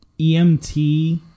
emt